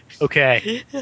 Okay